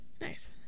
Nice